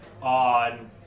On